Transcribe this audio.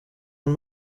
von